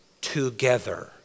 together